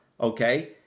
okay